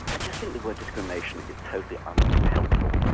i just think the word discrimination is totally um unhelpful.